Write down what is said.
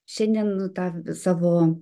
šiandien tą savo